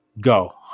go